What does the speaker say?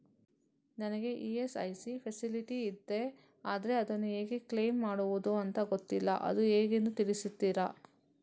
ನನಗೆ ESIC facility ಇದೆ ಆದ್ರೆ ಅದನ್ನು ಹೇಗೆ ಕ್ಲೇಮ್ ಮಾಡೋದು ಅಂತ ಗೊತ್ತಿಲ್ಲ ಅದು ಹೇಗೆಂದು ತಿಳಿಸ್ತೀರಾ?